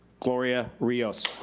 gloria rios.